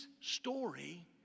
story